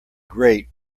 grate